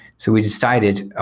so we decided, oh,